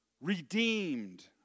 Redeemed